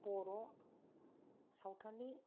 बर' सावथालि